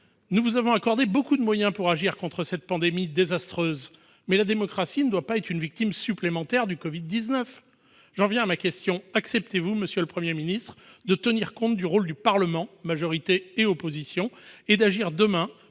Nous vous avons accordé beaucoup de moyens pour agir contre cette pandémie désastreuse, mais la démocratie ne doit pas être une victime supplémentaire du Covid-19 ! J'en viens à ma question : acceptez-vous, monsieur le Premier ministre, de tenir compte du rôle du Parlement, majorité et opposition, et d'agir demain